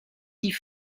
die